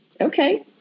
Okay